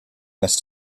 must